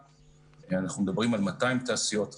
אנחנו מדברים על 200 תעשיות,